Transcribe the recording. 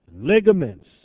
ligaments